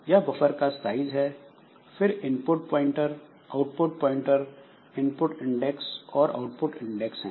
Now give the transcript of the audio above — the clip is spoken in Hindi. यह बफर का साइज है फिर input pointer output pointer input index और आउटपुट इंडेक्स हैं